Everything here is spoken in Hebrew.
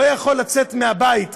לא יכול לצאת מהבית בשבת,